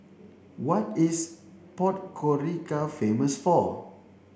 what is Podgorica famous for